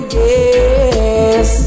yes